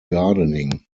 gardening